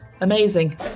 amazing